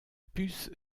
puce